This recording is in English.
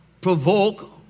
Provoke